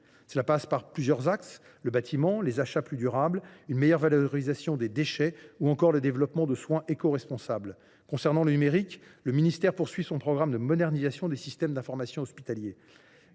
Cela passe par plusieurs axes : le bâtiment, des achats plus durables, une meilleure valorisation des déchets ou encore le développement de soins écoresponsables. Concernant le numérique, le ministère poursuit son programme de modernisation des systèmes d’information hospitaliers.